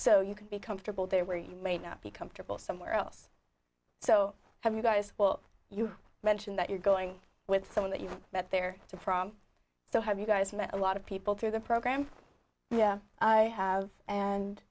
so you can be comfortable there where you may not be comfortable somewhere else so have you guys well you mentioned that you're going with someone that you went there to prom so have you guys met a lot of people through the program i have and